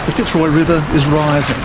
fitzroy river is rising,